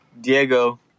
Diego